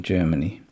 Germany